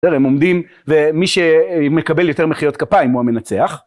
הם עומדים ומי שמקבל יותר מחיאות כפיים הוא המנצח.